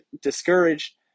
discouraged